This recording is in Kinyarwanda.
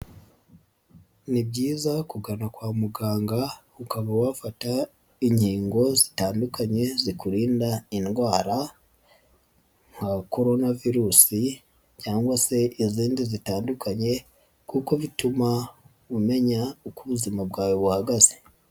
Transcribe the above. Ni byiza kugana kwa muganga ukaba wafata inkingo zitandukanye zikurinda indwara nka Korona Virusi cyangwa se izindi zitandukanye kuko bituma umenya uko ubuzima bwawe buhagaze.